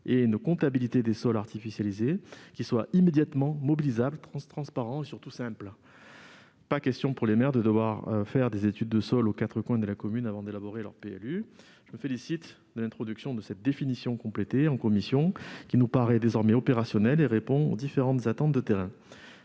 et une comptabilité des sols artificialisés immédiatement mobilisables, transparents et surtout simples. Pas question pour les maires de devoir faire des études de sol aux quatre coins de la commune avant d'élaborer leur PLU ... Je me félicite de l'introduction en commission de cette définition complétée, qui nous paraît désormais opérationnelle et qui répond aux différentes attentes du terrain.